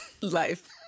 Life